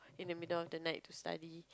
in the middle of the night to study